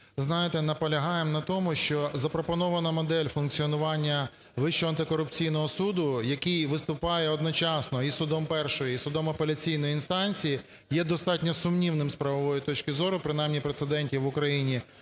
знаєте, наполягаємо на тому, що запропонована модель функціонування Вищого антикорупційного суду, який виступає одночасно і судом першої, і судом апеляційної інстанції, є достатньо сумнівним з правової точки зору, принаймні прецедентів в Україні